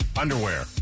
Underwear